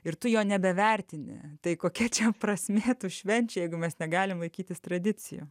ir tu jo nebevertini tai kokia čia prasmė tų švenčių jeigu mes negalim laikytis tų tradicijų